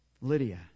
Lydia